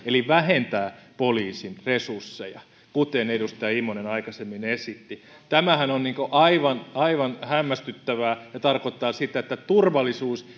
eli vähentää poliisin resursseja kuten edustaja immonen aikaisemmin esitti tämähän on aivan aivan hämmästyttävää ja tarkoittaa sitä että turvallisuus